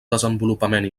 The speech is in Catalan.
desenvolupament